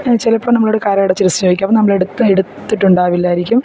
ചിലപ്പം നമ്മളോട് കരം അടച്ച രസീത് ചോദിക്കും അപ്പം നമ്മൾ എടുത്ത് എടുത്തിട്ടുണ്ടാവില്ലായിരിക്കും